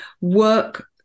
work